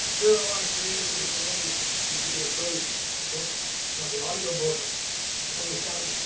there are a lot of creative and different ways that you can approach book above the audio book coming out